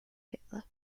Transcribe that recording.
hitler